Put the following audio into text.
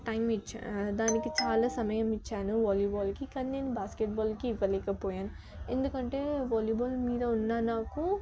time ఇచ్చాను దానికి చాలా సమయం ఇచ్చాను వాలీబాల్కి కానీ నేను బాస్కెట్బాల్కి ఇవ్వలేకపోయాను ఎందుకంటే వాలీబాల్ మీద ఉన్న నాకు